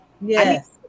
Yes